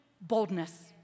boldness